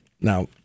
Now